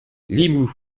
limoux